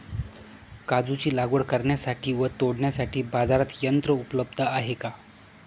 काजूची लागवड करण्यासाठी व तोडण्यासाठी बाजारात यंत्र उपलब्ध आहे का?